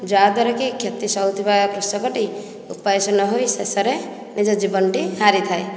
ଯାହା ଦ୍ୱାରାକି କ୍ଷତି ସହୁଥିବା କୃଷକଟି ଉପାୟଶୂନ୍ୟ ହୋଇ ଶେଷରେ ନିଜ ଜୀବନଟି ହାରିଥାଏ